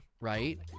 right